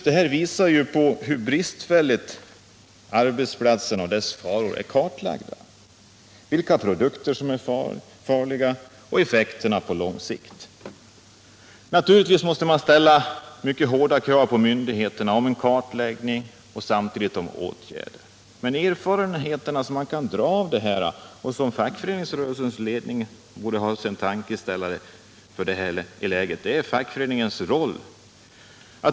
Detta visar hur bristfälligt arbetsplatserna och deras faror är kartlagda —- vilka produkter som är farliga och effekterna på lång sikt. Naturligtvis måste man ställa mycket hårda krav på myndigheterna i fråga om kartläggning och samtidigt åtgärder. Men de erfarenheter man kan få av det här läget — och som borde ge fackföreningsrörelsens ledning en tankeställare — gäller fackföreningens roll.